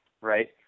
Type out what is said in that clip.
right